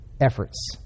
efforts